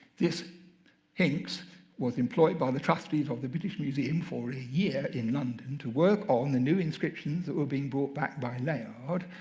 hincks was employed by the trustees of the british museum for a year in london to work on the new inscriptions that were being brought back by layard.